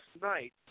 tonight